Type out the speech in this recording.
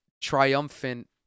triumphant